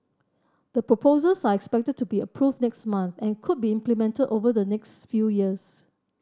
the proposals are expected to be approved next month and could be implemented over the next few years